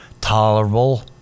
tolerable